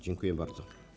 Dziękuję bardzo.